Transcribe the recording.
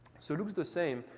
so looks the same.